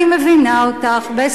אני מבינה אותךְ,